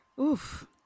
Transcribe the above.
Oof